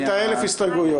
את ה-1,000 הסתייגויות.